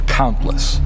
countless